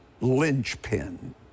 linchpin